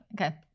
Okay